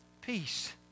peace